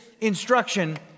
instruction